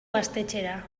gaztetxera